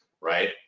right